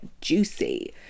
juicy